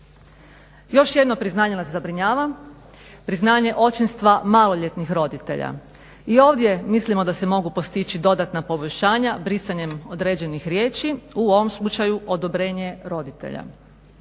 Još jedno priznanje nas zabrinjava, priznanje očinstva maloljetnih roditelja. I ovdje mislimo da se mogu postići dodatna poboljšanja brisanjem određenih riječi u ovom slučaju odobrenje roditelja.